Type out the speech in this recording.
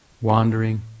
Wandering